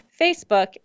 Facebook